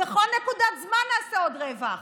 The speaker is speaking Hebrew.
בכל נקודת זמן נעשה עוד רווח.